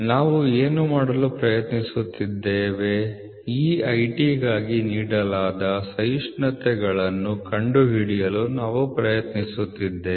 ನಾವು ಏನು ಮಾಡಲು ಪ್ರಯತ್ನಿಸುತ್ತಿದ್ದೇವೆ ಈ ITಗಾಗಿ ನೀಡಲಾದ ಸಹಿಷ್ಣುತೆಗಳನ್ನು ಕಂಡುಹಿಡಿಯಲು ನಾವು ಪ್ರಯತ್ನಿಸುತ್ತಿದ್ದೇವೆ